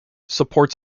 supports